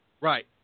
Right